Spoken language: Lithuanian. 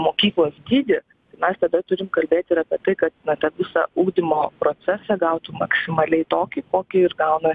mokyklos dydį mes tada turim kalbėti ir apie tai kad tą visą ugdymo procesą gautų maksimaliai tokį kokį ir gauna